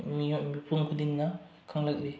ꯃꯤꯄꯨꯝ ꯈꯨꯗꯤꯡꯅ ꯈꯪꯂꯛꯂꯤ